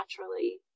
naturally